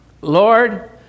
Lord